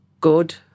good